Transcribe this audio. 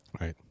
Right